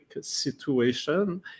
situation